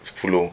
sepuluh